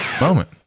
moment